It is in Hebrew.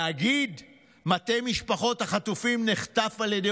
להגיד "מטה משפחות החטופים נחטף על ידי